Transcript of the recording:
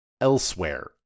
elsewhere